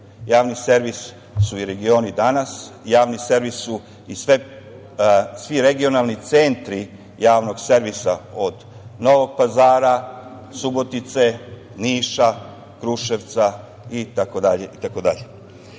javni servis su i regioni danas, javni servis su i svi regionalni centri javnog servisa od Novog Pazara, Subotice, Niša, Kruševca